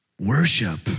Worship